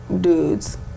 dudes